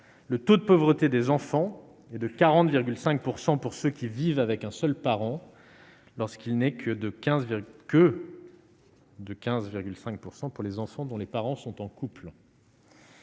le taux de pauvreté des enfants et de 40,5 % pour ceux qui vivent avec un seul parent lorsqu'il n'est que de 15 que de 15,5 % pour les enfants dont les parents sont en couple.